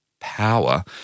power